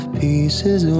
pieces